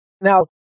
Now